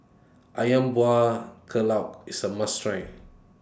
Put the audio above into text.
Ayam Buah Keluak IS A must Try